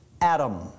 Adam